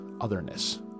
otherness